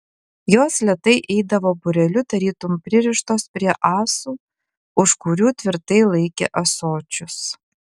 jos lėtai eidavo būreliu tarytum pririštos prie ąsų už kurių tvirtai laikė ąsočius